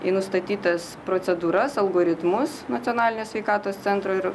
į nustatytas procedūras algoritmus nacionalinės sveikatos centro ir